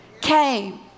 came